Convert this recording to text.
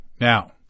Now